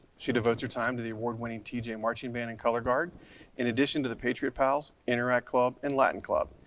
she devotes her time to the award-winning tj and marching band and color guard in addition to the patriot pals, interact club and latin club.